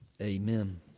Amen